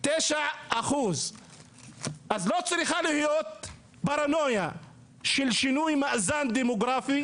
9%. אז לא צריכה להיות פרנויה של שינוי מאזן דמוגרפי,